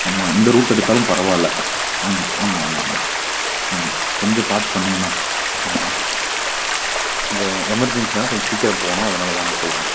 ஆமாம் இந்த ரூட் எடுத்தாலும் பரவாயில்ல ஆமாம் ஆமாம் ஆமாம் ஆமாம் ஆமாம் கொஞ்சம் பார்த்து பண்ணுங்கண்ணா ஆமாண்ணா கொஞ்சம் எமர்ஜென்சிண்ணா கொஞ்ச சீக்கிரம் போகணும் அதனாலதாண்ணா சொல்கிறேன்